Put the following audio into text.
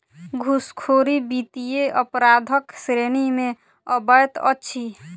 घूसखोरी वित्तीय अपराधक श्रेणी मे अबैत अछि